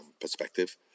perspective